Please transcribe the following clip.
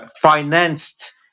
financed